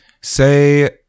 say